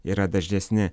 yra dažnesni